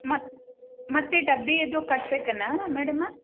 ಮತ್ತೆ ಮತ್ತೆ ಡಬ್ಬಿ ಇದು ಕಟ್ಬೇಕೇನು ಮೇಡಂ